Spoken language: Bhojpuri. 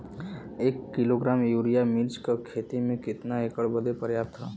एक किलोग्राम यूरिया मिर्च क खेती में कितना एकड़ बदे पर्याप्त ह?